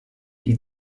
die